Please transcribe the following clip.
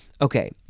Okay